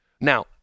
Now